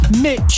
Mitch